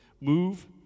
move